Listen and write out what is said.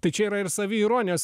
tai čia yra ir saviironijos